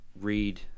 read